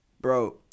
Bro